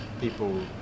people